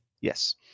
Yes